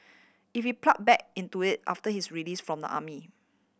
if he plunge back into it after his release from the army